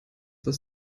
das